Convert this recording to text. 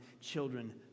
children